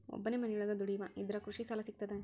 ಒಬ್ಬನೇ ಮನಿಯೊಳಗ ದುಡಿಯುವಾ ಇದ್ರ ಕೃಷಿ ಸಾಲಾ ಸಿಗ್ತದಾ?